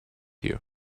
you